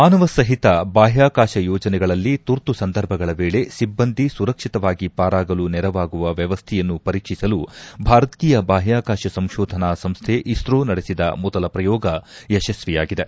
ಮಾನವಸಹಿತ ಬಾಹ್ಯಾಕಾಶ ಯೋಜನೆಗಳಲ್ಲಿ ತುರ್ತು ಸಂದರ್ಭಗಳ ವೇಳೆ ಸಿಬ್ಬಂದಿ ಸುರಕ್ಷಿತವಾಗಿ ಪಾರಾಗಲು ನೆರವಾಗುವ ವ್ಯವಸ್ಥೆಯನ್ನು ಪರೀಕ್ಷಿಸಲು ಭಾರತೀಯ ಬಾಹ್ಯಾಕಾಶ ಸಂಶೋಧನಾ ಸಂಸ್ಥೆ ಇಸ್ತೋ ನಡೆಸಿದ ಮೊದಲ ಪ್ರಯೋಗ ಯಶಸ್ವಿಯಾಗಿದೆ